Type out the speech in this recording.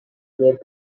give